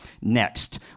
next